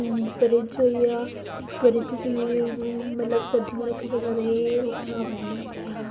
fridge होई गेआ fridge च बी मतलब सब्जियां रक्खी सकदे ओह् खराब नेईं होंदियां